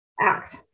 act